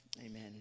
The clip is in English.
Amen